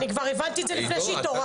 אני כבר הבנתי את זה לפני שהתעוררת.